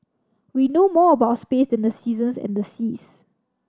we know more about space than the seasons and the seas